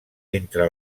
entre